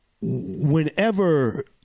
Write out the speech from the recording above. whenever